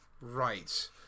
Right